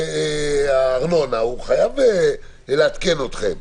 על-פי הארנונה הוא חייב לעדכן אתכם.